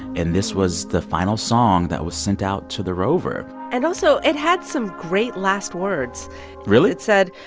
and this was the final song that was sent out to the rover and also it had some great last words really? it said,